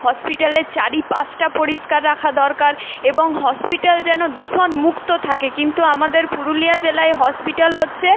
হসপিটালের চারিপাশটা পরিষ্কার রাখা দরকার এবং হসপিটাল যেন দূষণমুক্ত থাকে কিন্তু আমাদের পুরুলিয়া জেলায় হসপিটাল হচ্ছে